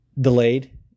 delayed